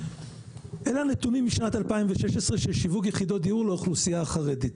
אלה הנתונים משנת 2016 של שיווק יחידות דיור לאוכלוסיה החרדית.